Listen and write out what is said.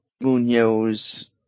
Munoz